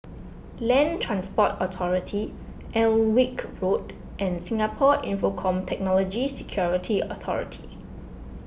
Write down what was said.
Land Transport Authority Alnwick Road and Singapore Infocomm Technology Security Authority